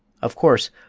of course,